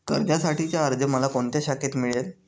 कर्जासाठीचा अर्ज मला कोणत्या शाखेत मिळेल?